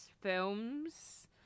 films